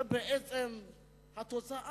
זה בעצם התוצאה